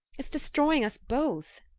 it's destroying us both.